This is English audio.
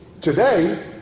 today